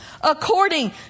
according